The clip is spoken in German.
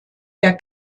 der